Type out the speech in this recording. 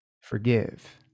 forgive